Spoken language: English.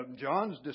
John's